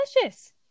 delicious